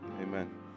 amen